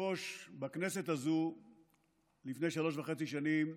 דברי הכנסת כט / מושב שני /